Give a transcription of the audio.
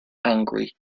angry